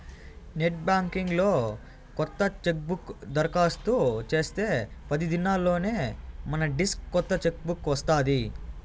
net banking లో కొత్త checkbook దరకాస్తు చేస్తే పది దినాల్లోనే మనడ్రస్కి కొత్త చెక్ బుక్ వస్తాది